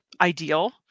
ideal